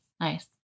Nice